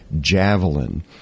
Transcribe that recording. Javelin